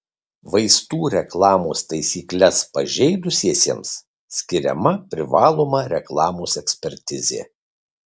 vaistų reklamos taisykles pažeidusiesiems skiriama privaloma reklamos ekspertizė